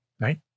Right